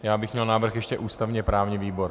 Já bych měl návrh ještě ústavněprávní výbor.